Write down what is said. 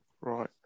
Right